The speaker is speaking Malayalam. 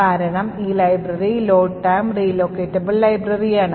കാരണം ഈ ലൈബ്രറി ലോഡ് ടൈം റീലോക്കേറ്റബിൾ ലൈബ്രറിയാണ്